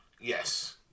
yes